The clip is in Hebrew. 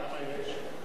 כמה יש?